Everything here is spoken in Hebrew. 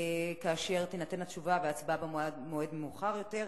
כאשר תינתן התשובה ותהיה ההצבעה במועד מאוחר יותר.